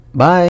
bye